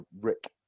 Rick